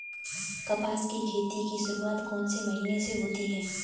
कपास की खेती की शुरुआत कौन से महीने से होती है?